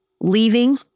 leaving